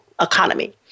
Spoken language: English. economy